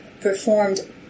performed